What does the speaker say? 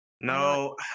No